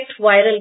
viral